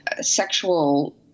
sexual